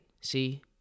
See